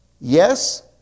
yes